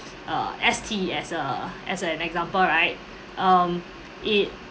err S_T as err as an example right um it